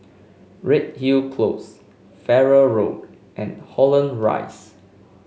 Redhill Close Farrer Road and Holland Rise